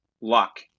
luck